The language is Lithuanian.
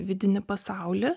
vidinį pasaulį